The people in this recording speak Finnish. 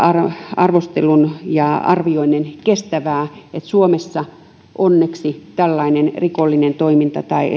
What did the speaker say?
arvostelun ja arvioinnin kestävää niin että suomessa onneksi tällainen rikollinen toiminta tai